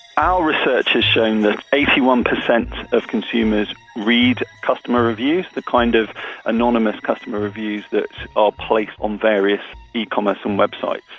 our research has shown that eighty one percent of consumers read customer reviews, the kind of anonymous customer reviews that are placed on various e-commerce and websites.